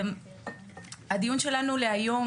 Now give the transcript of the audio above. הדיון שלנו להיום,